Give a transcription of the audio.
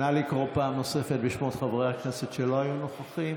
נא לקרוא פעם נוספת בשמות חברי הכנסת שלא היו נוכחים.